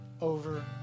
over